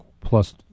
Plus